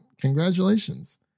congratulations